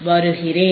வருகிறேன்